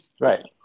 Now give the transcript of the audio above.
Right